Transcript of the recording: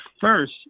first